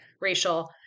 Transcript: racial